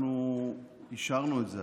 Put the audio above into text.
אנחנו אישרנו את זה.